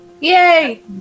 Yay